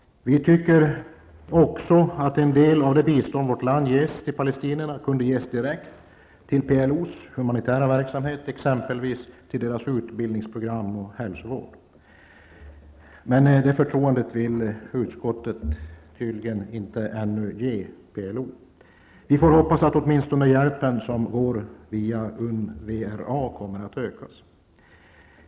Vi anser också att en del av det bistånd vårt land ger till palestinierna kunde ges direkt till PLOs humanitära verksamhet, exempelvis till utbildningsprogram och hälsovård. Men det förtroendet vill utskottet tydligen ännu inte ge PLO. Vi får hoppas att åtminstone den hjälp som går via UNRWA kommer att ökas.